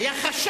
עדיין היה חשד,